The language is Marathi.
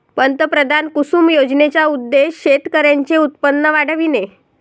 पंतप्रधान कुसुम योजनेचा उद्देश शेतकऱ्यांचे उत्पन्न वाढविणे